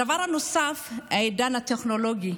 הדבר הנוסף, העידן הטכנולוגי.